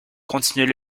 continuait